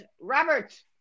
Robert